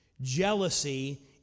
Jealousy